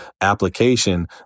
application